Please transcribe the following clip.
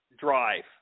drive